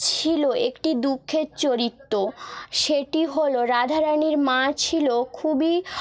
ছিল একটি দুঃখের চরিত্র সেটি হল রাধারানির মা ছিল খুবই